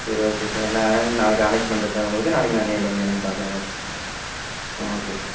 சரி okay sir நான் நாளைக்கு காண்டெக்ட் பண்ணுறேன் சார் உங்களுக்கு நாளைக்கு நான் நேரில வந்து என்னென்னு பார்க்கறேன் ஆ ஓகே சார்